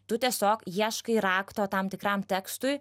tu tiesiog ieškai rakto tam tikram tekstui